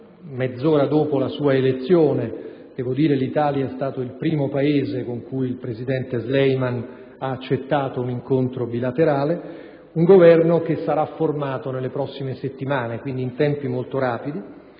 mezz'ora dopo la sua elezione - debbo dire che l'Italia è stato il primo Paese con cui il presidente Sleiman ha accettato un incontro bilaterale - ha detto sarà formato nelle prossime settimane e quindi in tempi molto rapidi.